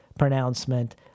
pronouncement